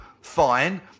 fine